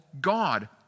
God